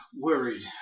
worried